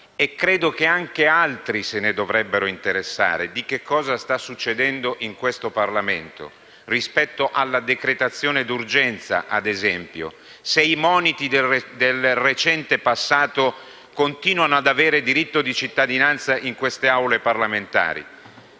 credo che anche altri se ne dovrebbero interessare - cosa sta succedendo in questo Parlamento rispetto, ad esempio, alla decretazione d'urgenza. Se i moniti del recente passato continuano ad avere diritto di cittadinanza in queste Aule parlamentari,